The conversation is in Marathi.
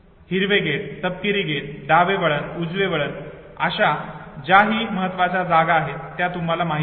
हिरवे गेट तपकिरी गेट डावे वळण उजवे वळण अशा ज्याही महत्वाच्या जागा आहे ज्या तुम्हाला माहित आहेत